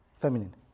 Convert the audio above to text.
Feminine